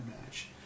match